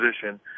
position